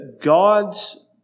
God's